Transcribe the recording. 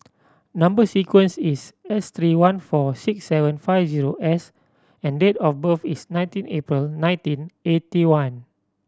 number sequence is S three one four six seven five zero S and date of birth is nineteen April nineteen eighty one